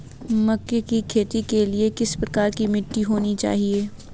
मक्के की खेती के लिए किस प्रकार की मिट्टी होनी चाहिए?